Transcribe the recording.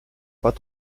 pas